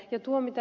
kun ed